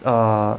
err